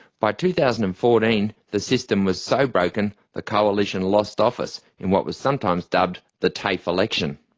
by two thousand and fourteen the system was so broken, the coalition lost office in what was sometimes dubbed the tafe election.